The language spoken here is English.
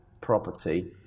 property